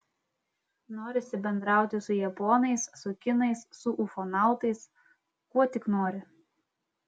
norisi bendrauti su japonais su kinais su ufonautais kuo tik nori